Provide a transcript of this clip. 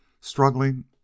struggling